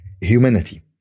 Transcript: humanity